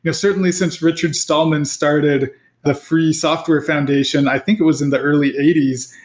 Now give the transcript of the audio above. yeah certainly, since richard stallman started the free software foundation, i think it was in the early eighty s.